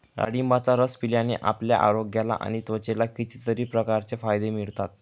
डाळिंबाचा रस पिल्याने आपल्या आरोग्याला आणि त्वचेला कितीतरी प्रकारचे फायदे मिळतात